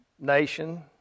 nation